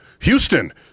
Houston